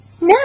No